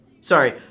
Sorry